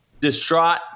distraught